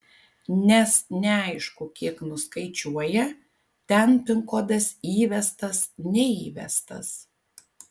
nes neaišku kiek nuskaičiuoja ten pin kodas įvestas neįvestas